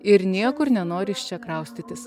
ir niekur nenori iš čia kraustytis